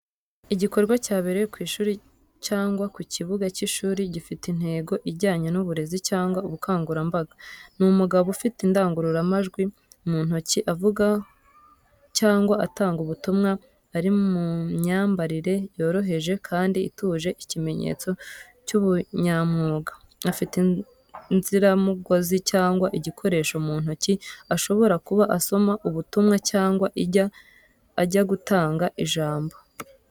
Igikorwa cyabereye ku ishuri cyangwa mu kibuga cy'ishuri, gifite intego ijyanye n'uburezi cyangwa ubukangurambaga. Ni umugabo ufite indangururamajwi mu ntoki avuga cyangwa atanga ubutumwa ari mu myambarire yoroheje kandi ituje ikimenyetso cy'ubunyamwuga. Afite inziramugozi cyangwa igikoresho mu ntoki ashobora kuba asoma ubutumwa cyangwa ajya gutanga ijambo.